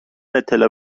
اطلاع